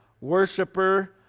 worshiper